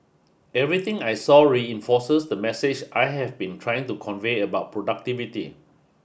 everything I saw reinforces the message I have been trying to convey about productivity